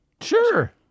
Sure